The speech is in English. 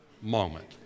moment